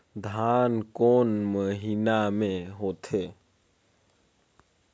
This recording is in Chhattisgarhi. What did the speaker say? धान कोन महीना मे होथे?